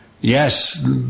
yes